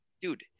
Dude